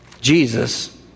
Jesus